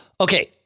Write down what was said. Okay